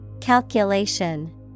Calculation